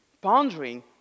pondering